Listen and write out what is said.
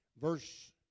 Verse